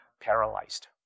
paralyzed